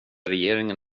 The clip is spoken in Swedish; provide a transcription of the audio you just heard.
regeringen